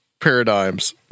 paradigms